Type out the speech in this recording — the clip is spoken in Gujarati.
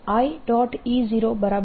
E00 છે અને i